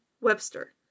Webster